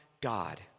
God